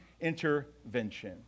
intervention